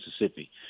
mississippi